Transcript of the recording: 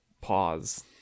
pause